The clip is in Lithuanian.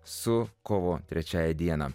su kovo trečiąja dieną